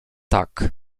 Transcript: tak